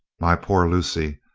my poor lucy,